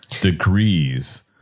degrees